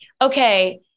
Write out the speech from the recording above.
okay